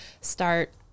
start